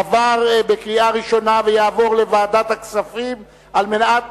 עברה בקריאה ראשונה ותעבור לוועדת הכנסת על מנת